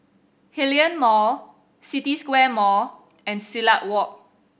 Hillion Mall City Square Mall and Silat Walk